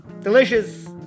delicious